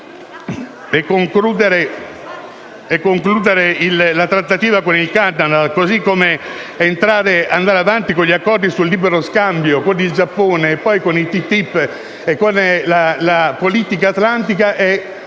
e concludere la trattativa con il Canada, così come andare avanti con gli accordi sul libero scambio con il Giappone, e poi con il TTIP e con la politica atlantica, è